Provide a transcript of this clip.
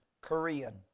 Korean